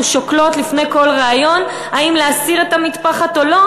שוקלות לפני כל ריאיון האם להסיר את המטפחת או לא,